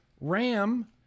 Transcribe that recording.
Ram